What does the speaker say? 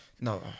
no